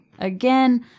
Again